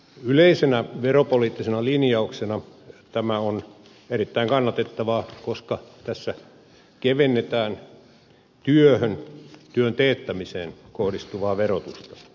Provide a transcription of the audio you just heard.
yleisenä veropoliittisena linjauksena tämä on erittäin kannatettava koska tässä kevennetään työhön työn teettämiseen kohdistuvaa verotusta